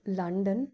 London